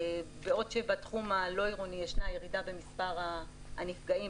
בעוד שבתחום הלא עירוני ישנה ירידה במספר הנפגעים,